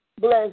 Bless